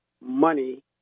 money